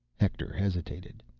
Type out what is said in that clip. hector hesitated.